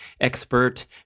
expert